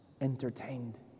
entertained